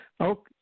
Okay